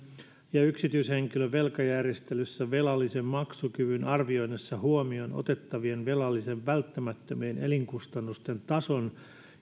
ja yksityishenkilön velkajärjestelyssä velallisen maksukyvyn arvioinnissa huomioon otettavien velallisen välttämättömien elinkustannusten tason